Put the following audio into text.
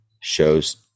shows